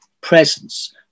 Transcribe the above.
presence